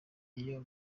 iyo